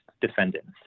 defendants